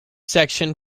section